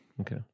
Okay